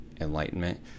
enlightenment